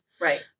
Right